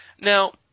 Now